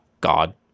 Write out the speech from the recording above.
God